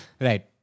Right